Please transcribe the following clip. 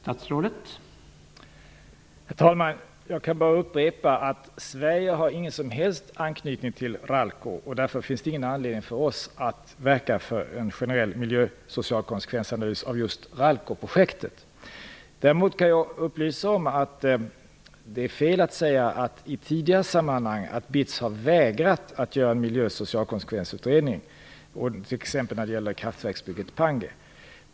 Herr talman! Jag kan bara upprepa att Sverige inte har någon som helst anknytning till Ralco. Därför finns det ingen anledning för oss att verka för en generell miljö och socialkonsekvensanalys av just Ralcoprojektet. Däremot kan jag upplysa om att det är fel att säga att BITS i tidigare sammanhang har vägrat att göra en miljö och socialkonsekvensutredning, t.ex. när det gällde kraftverksbygget Pangue.